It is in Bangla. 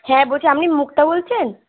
হ্যাঁ বলছি আপনি মুক্তা বলছেন